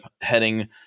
heading